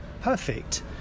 perfect